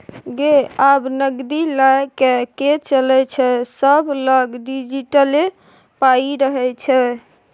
गै आब नगदी लए कए के चलै छै सभलग डिजिटले पाइ रहय छै